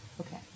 okay